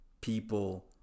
people